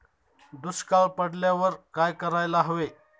दुष्काळ पडल्यावर काय करायला हवे?